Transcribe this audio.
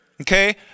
okay